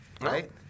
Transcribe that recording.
Right